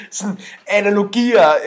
analogier